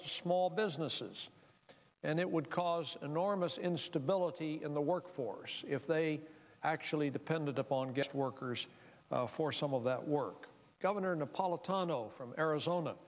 to small businesses and it would cause enormous instability in the workforce if they actually depended upon guest workers for some of that work governor an apollo tunnel from arizona